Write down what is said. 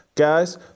Guys